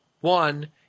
One